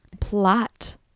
plot